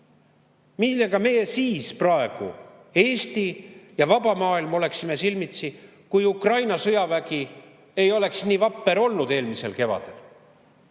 millega meie, Eesti ja vaba maailm, oleksime praegu silmitsi, kui Ukraina sõjavägi ei oleks nii vapper olnud eelmisel kevadel.